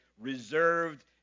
reserved